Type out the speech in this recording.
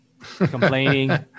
complaining